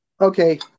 Okay